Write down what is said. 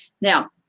Now